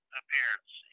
appearance